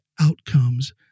outcomes